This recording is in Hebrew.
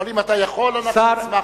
אבל אם אתה יכול, אנחנו נשמח.